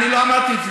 אני לא אמרתי את זה.